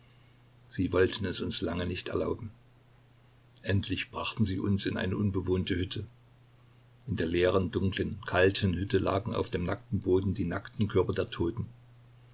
sie wollten es uns lang nicht erlauben endlich brachten sie uns in eine unbewohnte hütte in der leeren dunklen kalten hütte lagen auf dem nackten boden die nackten körper der toten